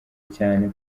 cyane